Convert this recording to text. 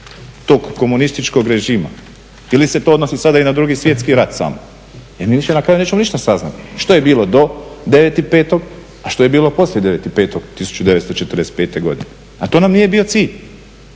tog komunističkog režima. Ili se to odnosi sada i na II. Svjetski rat samo. Jer mi više na kraju nećemo ništa saznati što je bilo do 9.5. a što je bilo poslije 9.5.1945. godine. A to nam nije bio cilj.